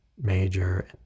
major